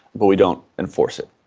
but we don't enforce it.